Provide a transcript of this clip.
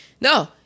No